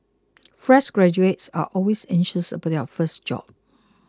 fresh graduates are always anxious about their first job